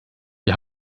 die